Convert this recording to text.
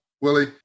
Willie